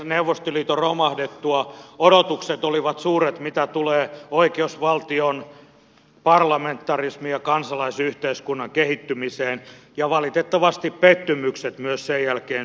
neuvostoliiton romahdettua odotukset olivat suuret mitä tulee oikeusvaltion parlamentarismin ja kansalaisyhteiskunnan kehittymiseen ja valitettavasti pettymykset olivat myös sen jälkeen suuria